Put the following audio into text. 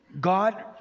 God